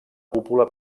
cúpula